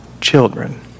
children